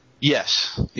Yes